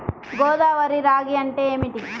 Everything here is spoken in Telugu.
గోదావరి రాగి అంటే ఏమిటి?